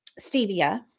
stevia